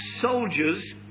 soldiers